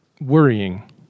worrying